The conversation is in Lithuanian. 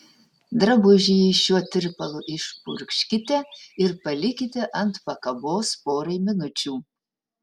drabužį šiuo tirpalu išpurkškite ir palikite ant pakabos porai minučių